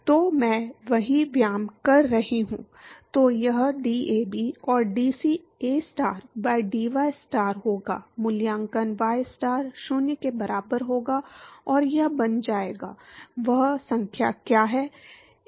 तो मैं वही व्यायाम कर सकता हूँ तो यह DAB और dCAstar by dystar होगा मूल्यांकन y star 0 के बराबर होगा और यह बन जाएगा वह संख्या क्या है